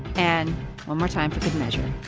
and one more time for good measure,